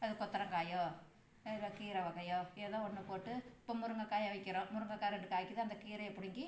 அது கொத்தரங்காயோ இல்லை கீரை வகையோ ஏதோ ஒன்று போட்டு இப்போ முருங்கைக் காயை வைக்கிறோம் முருங்கக்காய் ரெண்டு காய்க்குது அந்தக் கீரையைப் பிடுங்கி